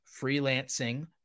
freelancing